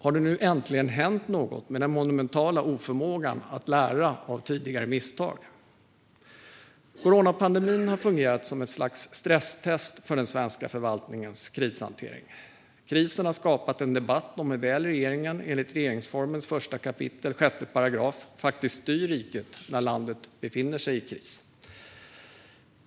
Har det nu äntligen hänt något med den monumentala oförmågan att lära av tidigare misstag? Coronapandemin har fungerat som ett slags stresstest för den svenska förvaltningens krishantering. Krisen har skapat en debatt om hur väl regeringen enligt regeringsformen 1 kap. 6 § faktiskt styr riket när landet befinner sig i kris.